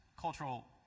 cultural